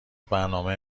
برنامه